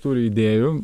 turi idėjų